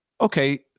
okay